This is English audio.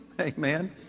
Amen